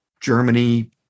Germany